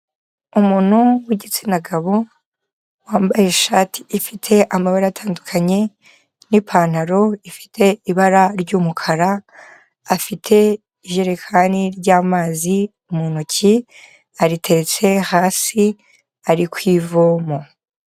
Umuntu w'igitsina gabo wambaye ishati ifite amabara atandukanye n'ipantaro ifite ibara ry'umukara, afite iyerekani ry'amazi mu ntoki aritetse hasi, ari ku ivomo.